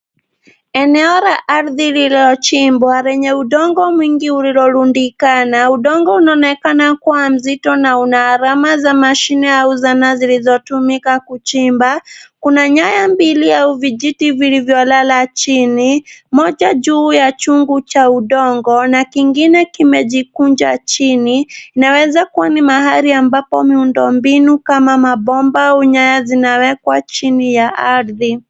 Eneo la ardhi lilochimbwa lenye undongo mwingi ulilorudikana undongo unaonekana kuwa mzito na una alama za mashine au zanaa zilizotumika kuchimba. Kuna nyaya mbili au vijiti vilivyolala chini moja juu ya chungu cha undongo na kingine kimejikuja chini inawezakuwa ni mahali ambapo mwindombinu kama mambomba ama nyaya zinawekwa chini ya ardhi.